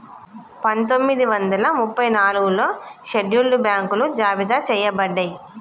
పందొమ్మిది వందల ముప్పై నాలుగులో షెడ్యూల్డ్ బ్యాంకులు జాబితా చెయ్యబడ్డయ్